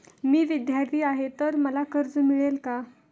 मी विद्यार्थी आहे तर मला कर्ज मिळेल का?